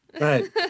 Right